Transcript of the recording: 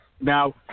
Now